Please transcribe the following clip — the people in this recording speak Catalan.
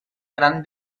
gran